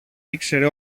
ήξερε